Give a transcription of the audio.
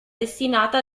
destinata